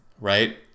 right